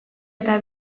eta